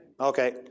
Okay